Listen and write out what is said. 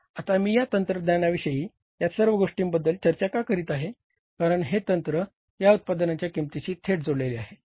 आता मी या तंत्रज्ञानाविषयी या सर्व गोष्टींबद्दल चर्चा का करीत आहे कारण हे तंत्र या उत्पादनाच्या किंमतीशी थेट जोडलेले आहे